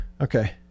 okay